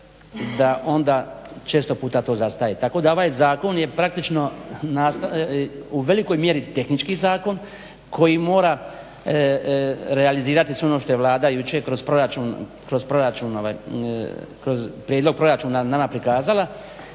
da onda često puta to zastaje. Tako da ovaj zakon je praktično u velikoj mjeri tehnički zakon koji mora realizirati sve ono što je Vlada jučer kroz prijedlog proračuna nama pokazala